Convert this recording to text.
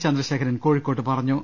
ചന്ദ്ര ശേഖരൻ കോഴിക്കോട്ട് പറഞ്ഞു